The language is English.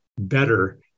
better